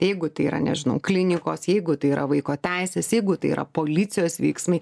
jeigu tai yra nežinau klinikos jeigu tai yra vaiko teisės jeigu tai yra policijos veiksmai